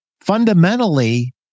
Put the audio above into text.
fundamentally